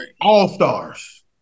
all-stars